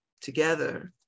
together